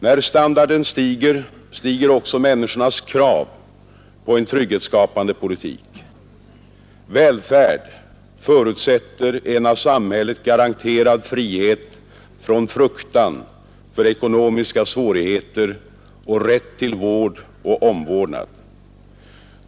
När standarden stiger, stiger också människornas krav på en trygghetsskapande politik. Välfärd förutsätter en av samhället garanterad frihet från fruktan för ekonomiska svårigheter och rätt till vård och omvårdnad.